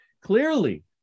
clearly